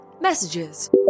Messages